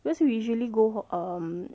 because we usually go um